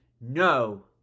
no